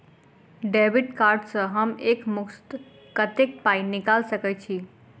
Debit card सँ हम एक मुस्त कत्तेक पाई निकाल सकय छी?